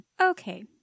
Okay